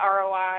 ROI